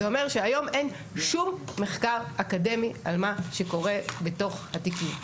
זה אומר שהיום אין שום מחקר אקדמי על מה שקורה בתוך התיקים.